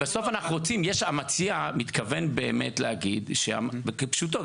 המציע מתכוון באמת להגיד כפשוטו.